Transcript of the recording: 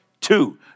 two